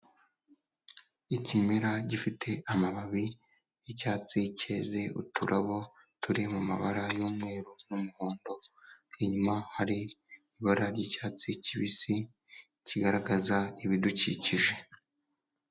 Ikimera gifite amababi y'icyatsi cyeze uturabo turi mabara y'umweru n'umuhondo, inyuma hari ibara ry'cyatsi kibisi kigaragaza ibidukikije.